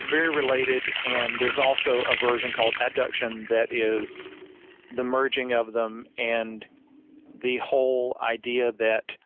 very related. and there's also a version called abduction, that is the merging of them and the whole idea of that,